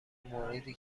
موردی